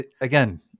again